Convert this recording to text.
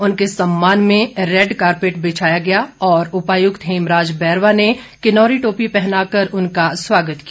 उनके सम्मान में रैड कारपेट बिछाया गया और उपायुक्त हेमराज बैरवा ने किन्नौरी टोपी पहना कर उनका स्वागत किया